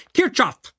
Kirchhoff